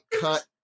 cut